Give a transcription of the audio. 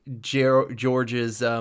George's –